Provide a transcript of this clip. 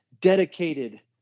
dedicated